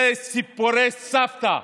זה סיפורי סבתא.